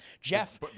Jeff